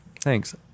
Thanks